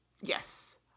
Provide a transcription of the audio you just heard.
Yes